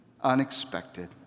unexpected